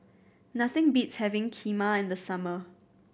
nothing beats having Kheema in the summer